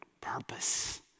purpose